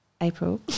April